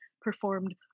performed